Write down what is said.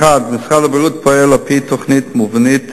1. משרד הבריאות פועל על-פי תוכנית מובנית